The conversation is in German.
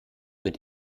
mit